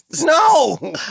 No